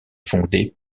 fondé